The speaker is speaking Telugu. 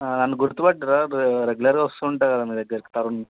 నన్ను గుర్తుపట్టారా బా రెగ్యులర్గా వస్తుంటా మీ దగ్గరకి తరుణ్